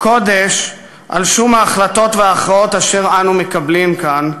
קודש על שום ההחלטות וההכרעות אשר אנו מקבלים כאן,